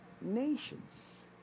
nations